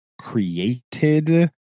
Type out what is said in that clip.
created